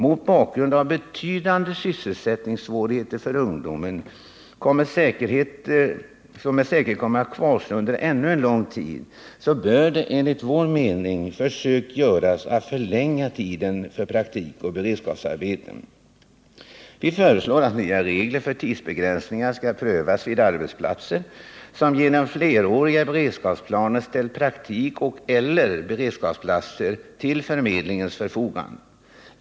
Mot bakgrund av att betydande sysselsättningssvårigheter för ungdom med säkerhet kommer att kvarstå ännu under lång tid, bör enligt vår mening försök göras att förlänga tiden för praktikoch beredskapsarbeten. Vi föreslår att nya regler för tidsbegränsningar skall prövas vid arbetsplatser som genom fleråriga beredskapsplaner ställt praktik och/eller beredskapsplatser till förmedlingens förfogande.